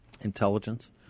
intelligence